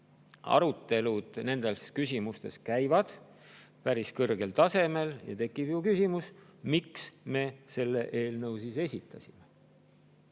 arutelud nendes küsimustes käivad päris kõrgel tasemel. Ja tekib ju küsimus, miks me selle eelnõu siis esitasime,